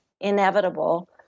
inevitable